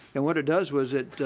and what it does was it